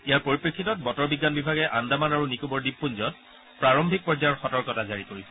ইয়াৰ পৰিপ্ৰেক্ষিতত বতৰ বিজ্ঞান বিভাগে আন্দামান আৰু নিকোবৰ দ্বীপপুঞ্জৰ প্ৰাৰম্ভিক পৰ্যায়ৰ সতৰ্কতা জাৰি কৰিছে